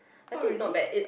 oh really